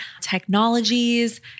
technologies